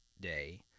day